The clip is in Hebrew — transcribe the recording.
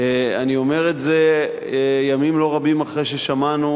אני אומר את זה ימים לא רבים אחרי ששמענו